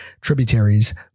tributaries